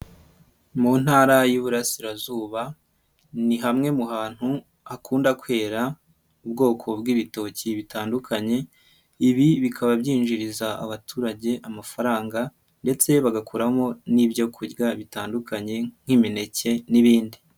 Mu ntara y'Iburasirazuba ni hamwe mu hantu akunda kwera ubwoko bw'ibitoki bitandukanye, ibi bikaba byinjiriza abaturage amafaranga ndetse bagakuramo n'ibyokurya bitandukanye nk'imineke n'ibindi.